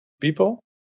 people